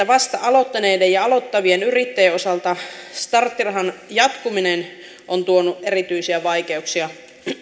vasta aloittaneiden ja aloittavien yrittäjien osalta starttirahan jatkuminen on tuonut erityisiä vaikeuksia